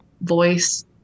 voice